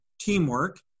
teamwork